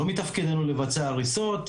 לא מתפקידנו לבצע הריסות,